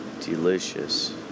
delicious